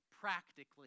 practically